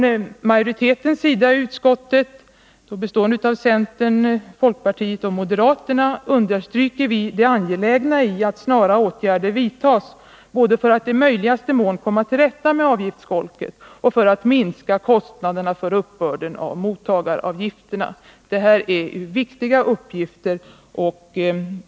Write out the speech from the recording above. Utskottets majoritet, bestående av centern, folkpartiet och moderaterna, understryker det angelägna i att snara åtgärder vidtas ”både för att i möjligaste mån komma till rätta med avgiftsskolket och för att minska kostnaderna för uppbörden av mottagaravgifterna”. Detta är väsentliga uppgifter.